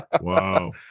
Wow